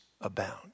abound